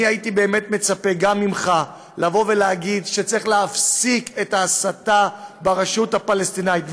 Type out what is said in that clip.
אני הייתי מצפה גם ממך להגיד שצריך להפסיק את ההסתה ברשות הפלסטינית,